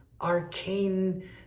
arcane